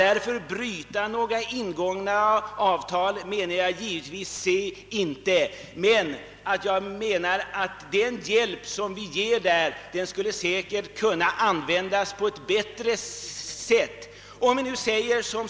Jag menar givetvis inte att vi skulle bryta ingångna avtal, men den hjälp som vi ger skulle säkert kunna användas på ett bättre sätt.